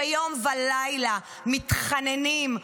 שיום ולילה מתחננות,